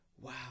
wow